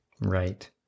Right